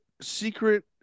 secret